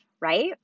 right